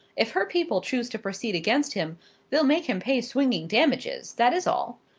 if her people choose to proceed against him they'll make him pay swinging damages that is all.